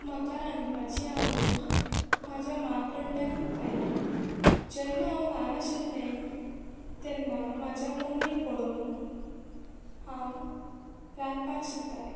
म्हाका रांदपाची आवड म्हज्या माँ कडल्यान आयली जेन्ना हांव ल्हान आशिल्लें तेन्ना म्हज्या मम्मीक पळोवन हांव रांदपाक शिकतालें